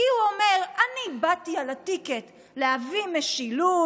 כי הוא אומר: אני באתי על הטיקט של להביא משילות.